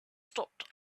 stopped